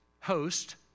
host